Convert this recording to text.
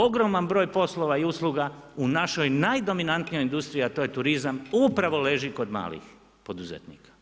Ogroman broj poslova i usluga u našoj najdominantnijoj industriji a to je turizam, upravo leži kod malih poduzetnika.